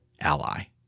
ally